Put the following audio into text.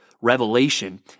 Revelation